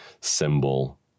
symbol